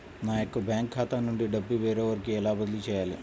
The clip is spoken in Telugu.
నా యొక్క బ్యాంకు ఖాతా నుండి డబ్బు వేరొకరికి ఎలా బదిలీ చేయాలి?